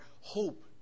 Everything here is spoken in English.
hope